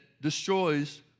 destroys